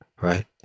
right